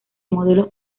modelos